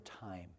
time